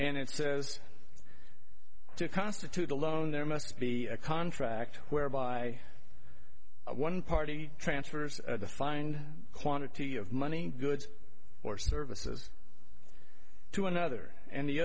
and it says to constitute a loan there must be a contract whereby one party transfers the find quantity of money goods or services to another and the